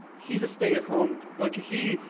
he's a stay at home. like he,